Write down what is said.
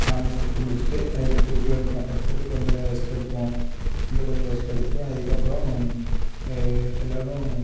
non veg சாப்பிட்டு முடிச்சிட்டு அதுக்கப்புறம் திருப்பி கொஞ்சம் பட்டாசு போட்டு கொஞ்சம் நேரம் ரெஸ்ட் எடுப்போம் வந்து கொஞ்சம் ரெஸ்ட் எடுத்துகிட்டு அதுக்கப்புறோம் எல்லோரும்